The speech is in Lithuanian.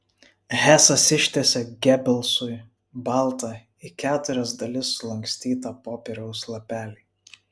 hesas ištiesė gebelsui baltą į keturias dalis sulankstytą popieriaus lapelį